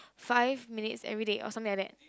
five minutes everyday or something like that